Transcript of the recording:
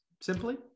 simply